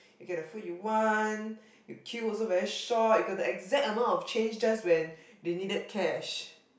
you get the food you want you queue also very short you got the exact amount of change just when they needed cash